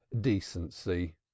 decency